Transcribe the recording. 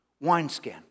wineskin